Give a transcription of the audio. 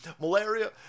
malaria